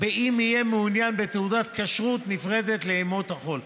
אם יהיה מעוניין בתעודת כשרות נפרדת לימות החול.